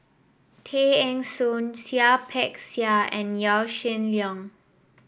Tay Eng Soon Seah Peck Seah and Yaw Shin Leong